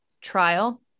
trial